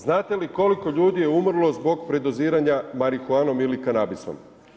Znate li koliko ljudi je umrlo zbog predoziranja marihuanom ili kanabisom?